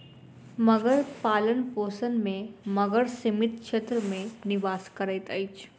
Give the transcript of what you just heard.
मगर पालनपोषण में मगर सीमित क्षेत्र में निवास करैत अछि